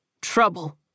Trouble